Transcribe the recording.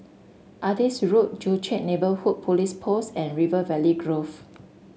Adis Road Joo Chiat Neighbourhood Police Post and River Valley Grove